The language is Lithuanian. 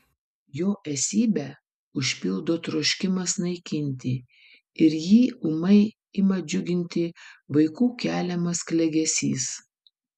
jo esybę užpildo troškimas naikinti ir jį ūmai ima džiuginti vaikų keliamas klegesys